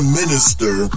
minister